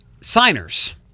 Signers